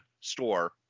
store